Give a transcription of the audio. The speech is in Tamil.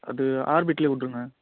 அது ஆர்பிட்லேயே கொடுத்துருங்க